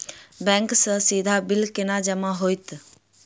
Bank सँ सीधा bill केना जमा होइत?